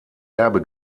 erbe